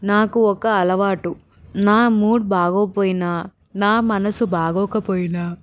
నాకు ఒక అలవాటు నా మూడ్ బాగోకపోయినా నా మనసు బాగోకపోయినా